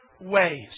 ways